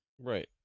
Right